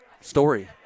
story